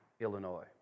Illinois